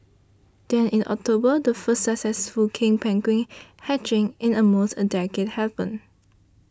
then in October the first successful king penguin hatching in almost a decade happened